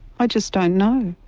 i just don't know,